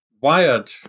wired